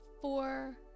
four